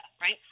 right